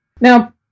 Now